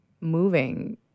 moving